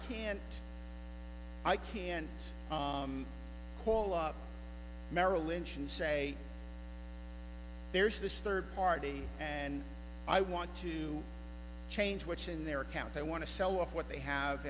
can't i can't call up merrill lynch and say there's this third party and i want to change which in their account i want to sell off what they have